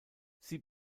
sie